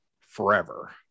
forever